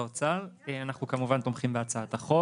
אנחנו כמובן תומכים בהצעת החוק.